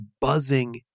buzzing